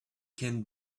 can